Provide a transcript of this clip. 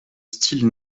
style